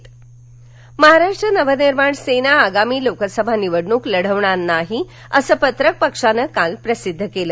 मनसे महाराष्ट्र नवनिर्माण सेना आगामी लोकसभा निवडणूक लढवणार नाही असं पत्रक पक्षानं काल प्रसिद्ध केलं